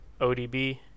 ODB